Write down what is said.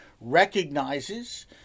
recognizes